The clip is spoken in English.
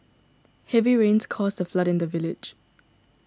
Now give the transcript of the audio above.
heavy rains caused a flood in the village